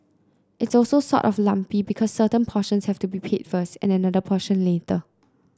it's also sort of lumpy because certain portions have to be paid first and another portion later